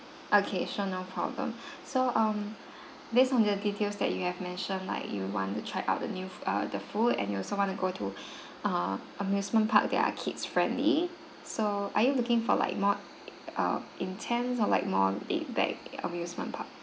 okay sure no problem so um based on the details that you have mentioned like you want to try out the new err the food and you also want to go to err amusement park that are kids friendly so are you looking for like more uh intense or like more laid back amusement park